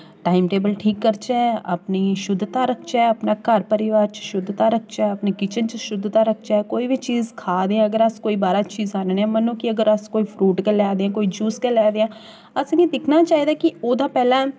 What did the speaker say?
time table ठीक करचै अपनी शुद्धता रखचै अपने घऱ परोआर च शुद्धता रखचै अपने किचन च शुद्धता रखचै कोई बी चीज खा दे अगर अस कोई बी बाह्रा चीज आह्नने आं कोई फ्रूट गै लेआ दे आं कोई जूस गै लेआ दे आं असें गी दिक्खना चाहिदा कि ओह्दा पैह्लें